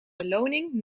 beloning